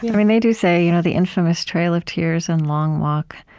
i mean, they do say you know the infamous trail of tears and long walk.